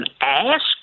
ask